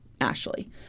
Ashley